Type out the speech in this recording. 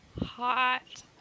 Hot